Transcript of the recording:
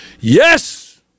Yes